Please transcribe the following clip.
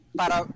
para